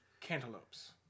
cantaloupes